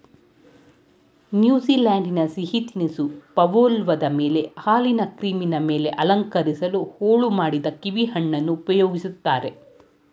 ನ್ಯೂಜಿಲೆಂಡಿನ ಸಿಹಿ ತಿನಿಸು ಪವ್ಲೋವದ ಮೇಲೆ ಹಾಲಿನ ಕ್ರೀಮಿನ ಮೇಲೆ ಅಲಂಕರಿಸಲು ಹೋಳು ಮಾಡಿದ ಕೀವಿಹಣ್ಣನ್ನು ಉಪಯೋಗಿಸ್ತಾರೆ